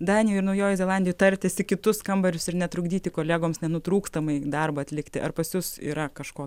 danijoj ir naujojoj zelandijoj tartis į kitus kambarius ir netrukdyti kolegoms nenutrūkstamai darbą atlikti ar pas jus yra kažko